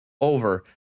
over